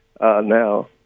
now